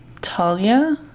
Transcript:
Talia